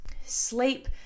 Sleep